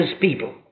people